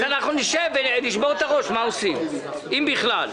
אז אנחנו נשב ונשבור את הראש מה עושים, אם בכלל.